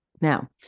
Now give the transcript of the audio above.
Now